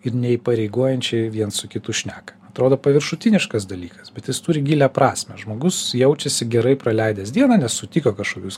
ir neįpareigojančiai viens su kitu šneka atrodo paviršutiniškas dalykas bet jis turi gilią prasmę žmogus jaučiasi gerai praleidęs dieną nes sutiko kažkokius